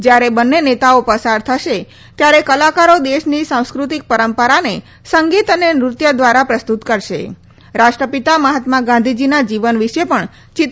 જ્યારે બંને નેતાઓ પસાર થશે ત્યારે કલાકારો દેશની સાંસ્ક્રતિક પરંપરાને સંગીત અને નૃત્ય દ્વારા પ્રસ્તુત કરશે રાષ્ટ્રપિતા મહાત્મા ગાંધીજીના જીવન વિશે પણ ચિત્રો દર્શાવવામાં આવ્યા છે